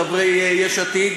חברי יש עתיד,